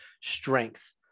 strength